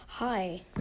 Hi